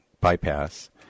bypass